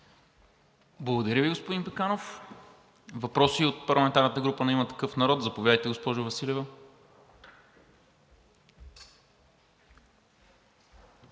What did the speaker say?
Благодаря Ви, господин Пеканов. Въпроси от парламентарната група на „Има такъв народ“? Заповядайте, госпожо Василева.